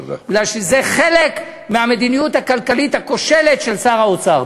כי זה חלק מהמדיניות הכלכלית הכושלת של שר האוצר.